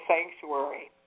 Sanctuary